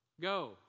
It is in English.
Go